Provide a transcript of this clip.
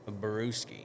Baruski